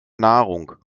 nahrung